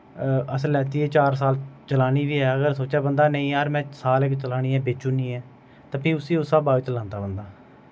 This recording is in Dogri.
असें लैती ऐ एह् चार साल चलानी बी ऐ अगर सोचै बंदा नेईं यार में साल इक चलानी ऐ बेचुड़नी ऐ ते फ्ही उसी उस हिसाबा गै चलांदा बंदा